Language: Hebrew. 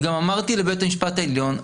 וגם אמרתי לבית המשפט העליון,